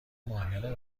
ماهیانه